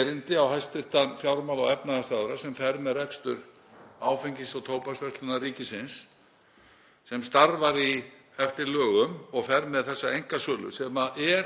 erindi á hæstv. fjármála- og efnahagsráðherra sem fer með rekstur Áfengis- og tóbaksverslunar ríkisins sem starfar eftir lögum og fer með þessa einkasölu, sem er